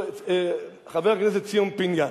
חבר הכנסת ציון פיניאן,